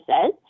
says